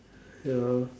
ya